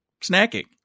snacking